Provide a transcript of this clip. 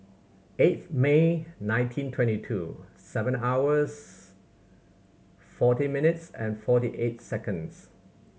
eighth May nineteen twenty two seven hours forty minutes and forty eight seconds